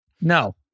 No